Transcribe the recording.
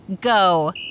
go